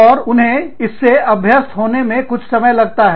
और उन्हें इस से अभ्यस्त होने में कुछ समय लगता है